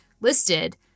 listed